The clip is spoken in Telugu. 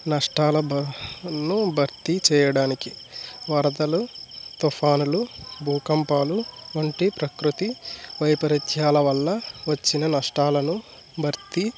నష్టాలను భర్తీ చేయడానికి వరదలు తుఫానులు భూకంపాలు వంటి ప్రకృతి వైపరీత్యాల వల్ల వచ్చిన నష్టాలను భర్తీ